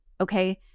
okay